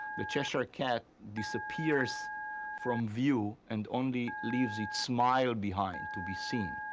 the cheshire cat disappears from view and only leaves its smile behind to be seen.